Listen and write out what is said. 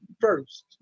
first